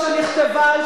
לגמד את עוצמת הכאב של